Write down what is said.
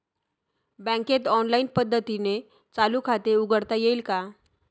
बँकेत ऑनलाईन पद्धतीने चालू खाते उघडता येईल का?